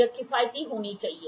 यह किफायती होना चाहिए